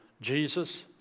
Jesus